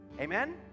Amen